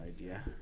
idea